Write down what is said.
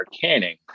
canning